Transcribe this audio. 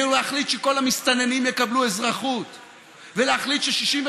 אני לא יכולה לשמוע את שר החקלאות אומר שזה לא בידיו,